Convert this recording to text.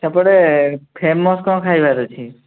ସେପଟେ ଫେମସ୍ କ'ଣ ଖାଇବାରେ ଅଛି